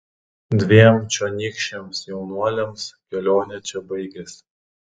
dviem čionykščiams jaunuoliams kelionė čia baigėsi